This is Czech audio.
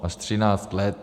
Až třináct let.